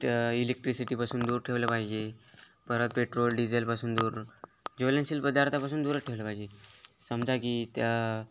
त्या इलेक्ट्रिसिटीपासून दूर ठेवलं पाहिजे परत पेट्रोल डिझेलपासून दूर ज्वलनशील पदार्थापासून दूरच ठेवलं पाहिजे समजा की त्या